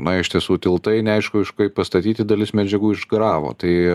na iš tiesų tiltai neaišku iš kaip pastatyti dalis medžiagų išgaravo tai